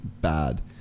bad